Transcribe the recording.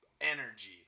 energy